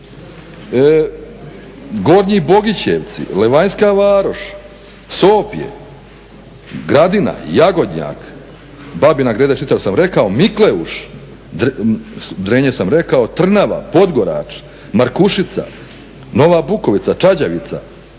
Gornji Bogićevci, Levanjska Varoš, Sopje, Gradina, Jagodnjak, Babina Greda i Štitar sam rekao, Mikleuš, Drenje sam rekao, Trnava, Podgorač, Markušica, Nova Bukovica, Čađavica,